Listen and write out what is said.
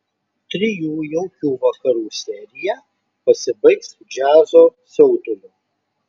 trijų jaukių vakarų serija pasibaigs džiazo siautuliu